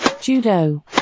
judo